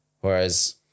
Whereas